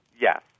Yes